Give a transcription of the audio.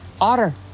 Otter